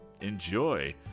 enjoy